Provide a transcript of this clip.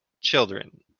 children